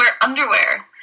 underwear